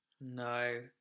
No